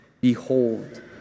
Behold